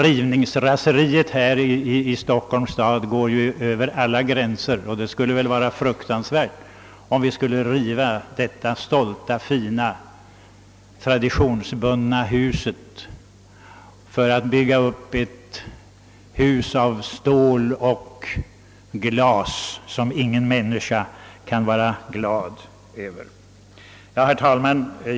Rivningsraseriet här i Stockholm överskrider ju alla gränser och det skulle vara fruktansvärt om vi skulle riva detta stolta, fina, traditionsrika hus för att bygga ett hus av stål och glas som ingen människa kan vara glad över. Herr talman!